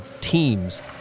teams